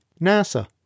NASA